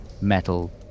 metal